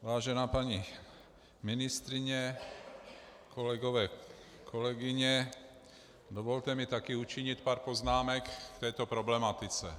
Vážená paní ministryně, kolegové, kolegyně, dovolte mi taky učinit pár poznámek k této problematice.